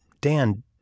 Dan